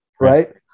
Right